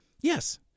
Yes